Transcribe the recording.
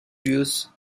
views